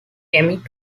emit